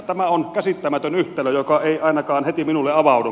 tämä on käsittämätön yhtälö joka ei ainakaan heti minulle avaudu